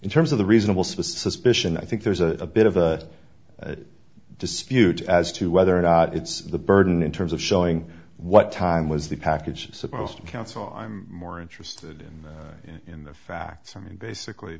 in terms of the reasonable suspicion i think there's a bit of a dispute as to whether or not it's the burden in terms of showing what time was the package supposed counsel i'm more interested in the facts i mean basically